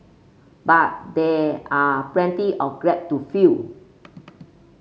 but there are plenty of grep to fill